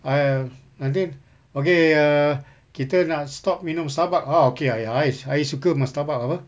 err nanti okay err kita nak stop minum starbucks ah oh okay I I I suka minum starbucks apa